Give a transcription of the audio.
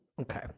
Okay